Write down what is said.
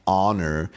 honor